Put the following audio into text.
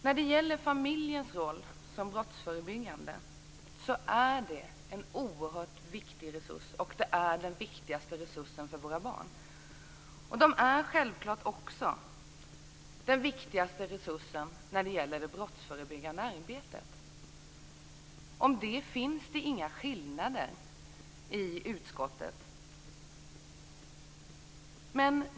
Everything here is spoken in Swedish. När det gäller familjens roll som brottsförebyggande är det en oerhört viktig resurs, och det är den viktigaste resursen för våra barn. Familjen är självfallet också den viktigaste resursen när det gäller det brottsförebyggande arbetet. Om det finns det inga delade meningar i utskottet.